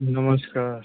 नमस्कार